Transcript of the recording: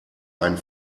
ein